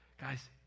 guys